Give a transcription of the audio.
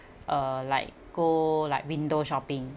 uh like go like window shopping